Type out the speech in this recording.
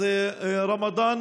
(אומר בערבית: רמדאן